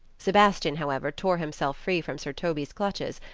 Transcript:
sebastian, however, tore himself free from sir toby's clutches,